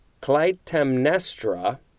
Clytemnestra